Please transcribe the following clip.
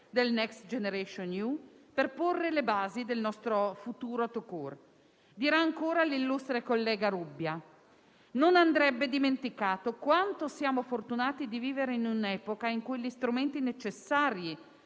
del Next generation EU per porre le basi del nostro futuro *tout court.* Dirà ancora l'illustre collega Rubbia: «Non andrebbe dimenticato quanto siamo fortunati a vivere in un'epoca in cui gli strumenti necessari